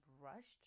rushed